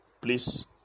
Please